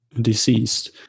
deceased